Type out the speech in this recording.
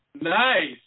nice